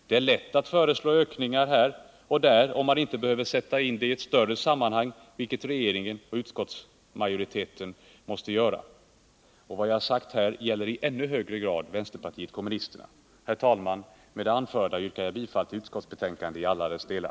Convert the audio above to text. Det är lätt att föreslå ökningar här och där, om man inte behöver sätta in dem i ett större sammanhang, vilket regeringen och utskottsmajoriteten måste göra. Vad jag här sagt gäller i ännu högre grad vänsterpartiet kommunisterna. Herr talman! Med det anförda yrkar jag bifall till utskottets hemställan i alla dess delar.